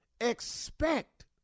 Expect